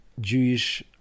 jewish